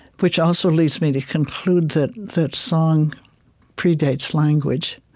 which also leads me to conclude that that song predates language,